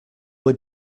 were